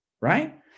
right